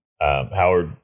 Howard